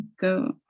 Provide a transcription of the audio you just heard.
go